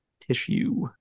Tissue